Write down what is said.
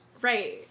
Right